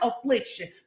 affliction